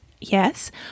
Yes